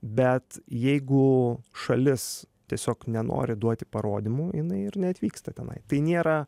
bet jeigu šalis tiesiog nenori duoti parodymų jinai ir neatvyksta tenai tai nėra